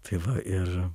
tai va ir